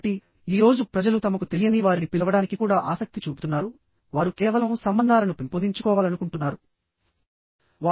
కాబట్టి ఈ రోజు ప్రజలు తమకు తెలియని వారిని పిలవడానికి కూడా ఆసక్తి చూపుతున్నారు వారు కేవలం సంబంధాలను పెంపొందించు కోవాలనుకుంటున్నారు